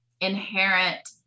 inherent